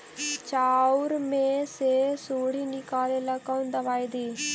चाउर में से सुंडी निकले ला कौन दवाई दी?